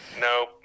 No